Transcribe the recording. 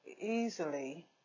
easily